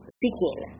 seeking